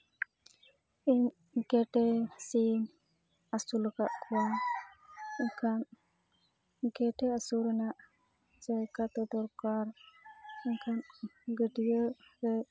ᱤᱧ ᱜᱮᱰᱮ ᱥᱤᱢ ᱟᱹᱥᱩᱞᱟᱠᱟᱫ ᱠᱚᱣᱟ ᱢᱮᱱᱠᱷᱟᱱ ᱜᱮᱰᱮ ᱟᱹᱥᱩᱞ ᱨᱮᱱᱟᱜ ᱡᱟᱭᱜᱟ ᱫᱚ ᱫᱚᱨᱠᱟᱨ ᱢᱮᱱᱠᱷᱟᱱ ᱜᱟᱹᱰᱭᱟᱹ ᱨᱮ